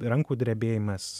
rankų drebėjimas